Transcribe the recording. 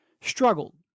Struggled